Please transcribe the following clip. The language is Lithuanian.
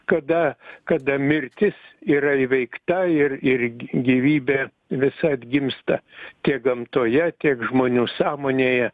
kada kada mirtis yra įveikta ir ir gyvybė visa atgimsta tiek gamtoje tiek žmonių sąmonėje